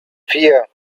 vier